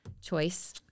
choice